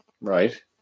right